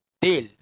deal